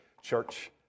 church